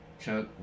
Chuck